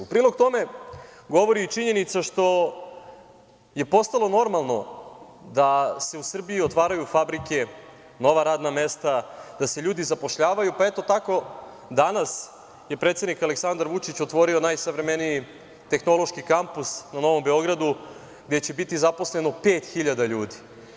U prilog tome govori i činjenica što je postalo normalno da se u Srbiji otvaraju fabrike, nova radna mesta, da se ljudi zapošljavaju, pa eto tako danas je predsednik Aleksandar Vučić otvorio najsavremeniji tehnološki Kampus na Novom Beogradu, gde će biti zaposleno pet hiljada ljudi.